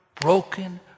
broken